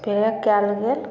spray कए देलक